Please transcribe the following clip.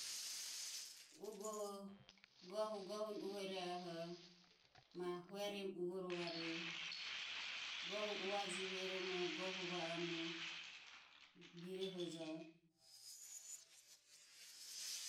Ugoho gohu goho uvoro e eh oro ma hueremu uvorov rueje. Gohu uvaji heremo, gohu va oromo birohojro.